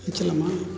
முடிச்சிடலாமா